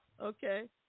Okay